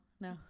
no